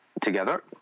together